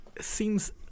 seems